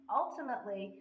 ultimately